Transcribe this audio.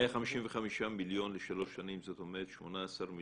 היה 55 מיליון לשלוש שנים, זאת אומרת 18 מיליון.